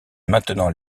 maintenant